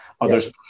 others